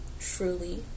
Truly